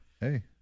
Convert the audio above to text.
hey